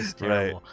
Right